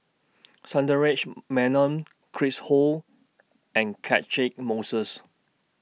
Sundaresh Menon Chris Ho and Catchick Moses